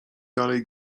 dalej